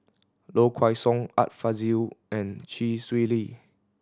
Low Kway Song Art Fazil and Chee Swee Lee